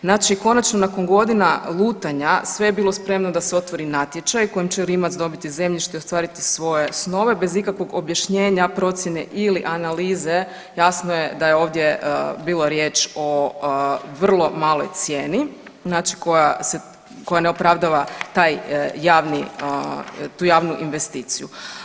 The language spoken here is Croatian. Znači konačno nakon godina lutanja sve je bilo spremno da se otvori natječaj koji će Rimac dobiti zemljište i ostvariti svoje snove, bez ikakvog objašnjenja, procjene ili analize jasno je da je ovdje bilo riječ o vrlo maloj cijeni koja ne opravdava tu javnu investiciju.